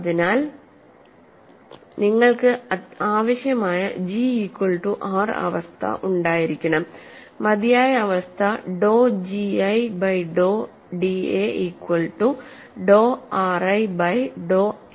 അതിനാൽ നിങ്ങൾക്ക് ആവശ്യമായ ജി ഈക്വൽ റ്റു ആർ അവസ്ഥ ഉണ്ടായിരിക്കണം മതിയായ അവസ്ഥ ഡോ GI ബൈ ഡോ Dഎ ഈക്വൽ റ്റു ഡോ RI ബൈ ഡോ a ആണ്